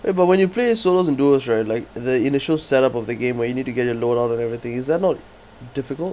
eh but when you play solos and duos right like the initial set up of the game where you need to get your load out and everything is that not difficult